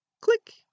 Click